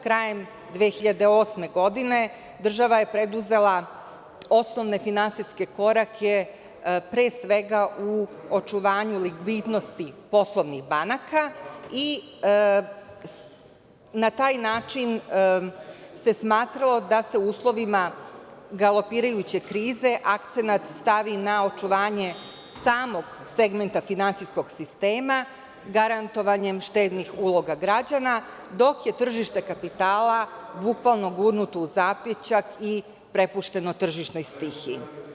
Krajem 2008. godine država je preduzela osnovne finansijske korake, pre svega u očuvanju likvidnosti poslovnih banaka, i na taj način se smatralo da se u uslovima galopirajuće krize akcenat stavi na očuvanje samog segmenta finansijskog sistema garantovanjem štednih uloga građana, dok je tržište kapitala bukvalno gurnuto u zapećak i prepušteno tržišnoj stihiji.